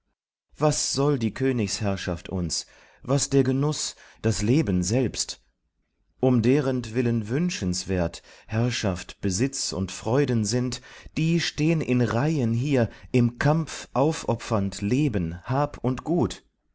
was soll die königsherrschaft uns was der genuß das leben selbst um derentwillen wünschenswert herrschaft besitz und freuden sind die stehn in reihen hier im kampf aufopfernd leben hab und gut